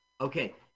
Okay